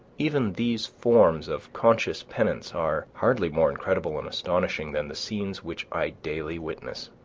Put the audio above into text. even these forms of conscious penance are hardly more incredible and astonishing than the scenes which i daily witness.